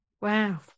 Wow